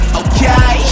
okay